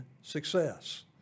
success